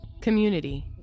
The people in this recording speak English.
Community